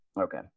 Okay